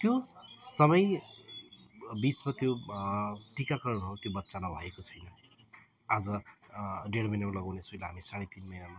त्यो सबै बिचमा त्यो टिकाकरणहरू त्यो बच्चालाई भएको छैन आज डेढ महिनामा लगाउने सुई हामीले साढे तिन महिनामा